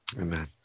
Amen